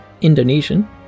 Indonesian